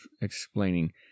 explaining